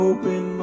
Open